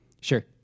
Sure